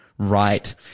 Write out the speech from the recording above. Right